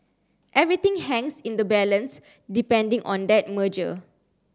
everything hangs in the balance depending on that merger